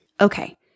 Okay